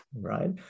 right